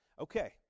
Okay